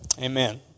amen